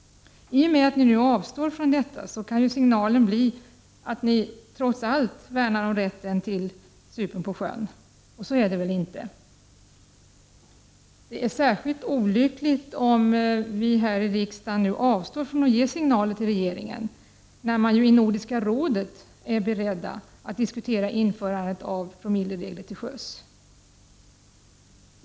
I och med att de avstår från detta kan signalen bli att de trots allt värnar om rätten till supen på sjön, och så är det väl inte? Det är särskilt olyckligt om riksdagen avstår från att ge signaler till regeringen när man i Nordiska rådet är beredd att diskutera införandet av promilleregler till sjöss.